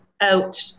out